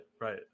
Right